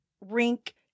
rink